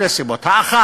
שייגמר בקיץ, בתוך חודש.